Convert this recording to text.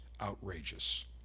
outrageous